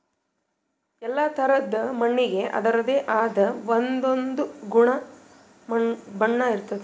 ಎಲ್ಲಾ ಥರಾದ್ ಮಣ್ಣಿಗ್ ಅದರದೇ ಆದ್ ಒಂದೊಂದ್ ಗುಣ ಬಣ್ಣ ಇರ್ತದ್